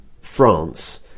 france